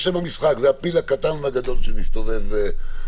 המנטר את מקום הימצאו של אדם ומתריע במקרה